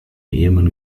ehemann